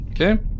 Okay